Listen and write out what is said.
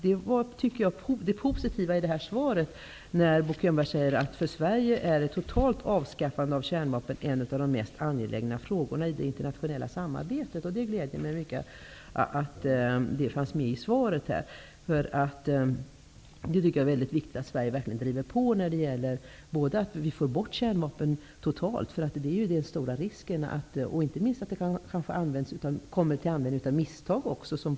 Det positiva i Bo Könbergs svar är: För Sverige är ett totalt avskaffande av kärnvapen en av de mest angelägna frågorna i det internationella samarbetet. Det gläder mig mycket att detta fanns med i svaret, därför att det är viktigt att Sverige verkligen driver på för att få bort kärnvapen totalt. Inte minst finns en risk för att den kan användas av misstag.